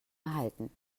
erhalten